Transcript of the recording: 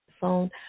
phone